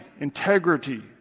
integrity